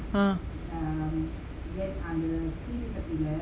ah